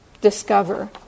discover